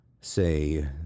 say